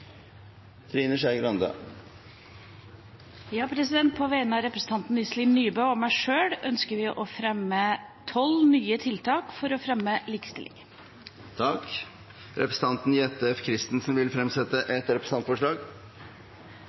Trine Skei Grande vil fremsette et representantforslag. På vegne av stortingsrepresentanten Iselin Nybø og meg sjøl ønsker jeg å fremme forslag om nye tiltak for å fremme likestilling. Representanten Jette F. Christensen vil fremsette et representantforslag.